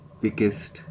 biggest